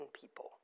people